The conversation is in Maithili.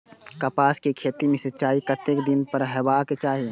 कपास के खेती में सिंचाई कतेक दिन पर हेबाक चाही?